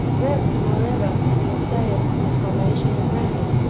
what, more over, can we say as to the formation of rain,